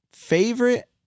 Favorite